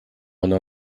она